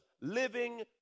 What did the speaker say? living